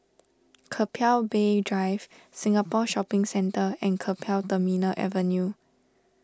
Keppel Bay Drive Singapore Shopping Centre and Keppel Terminal Avenue